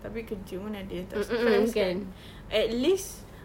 tapi kerja mana ada yang tak stress kan at least